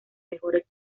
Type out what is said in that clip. mejores